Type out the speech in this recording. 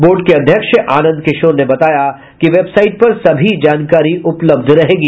board के अध्यक्ष आंनद किशोर ने बताया कि वेबसाइट पर सभी जानकारी उपलब्ध होगी